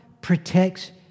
protects